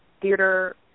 theater